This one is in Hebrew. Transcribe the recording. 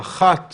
האחת